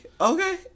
Okay